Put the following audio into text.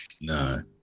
no